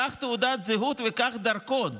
קח תעודת זהות וקח דרכון.